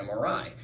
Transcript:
MRI